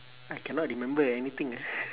I cannot remember anything ah